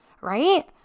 right